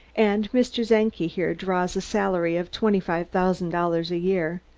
and mr. czenki here draws a salary of twenty-five thousand dollars a year.